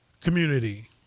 community